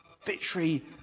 Victory